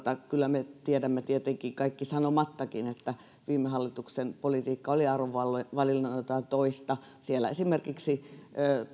kyllä me kaikki tiedämme tietenkin sanomattakin että viime hallituksen politiikka oli arvovalinnoiltaan toista siellä esimerkiksi